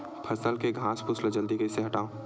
फसल के घासफुस ल जल्दी कइसे हटाव?